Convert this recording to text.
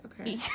Okay